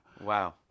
Wow